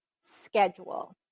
schedule